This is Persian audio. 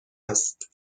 است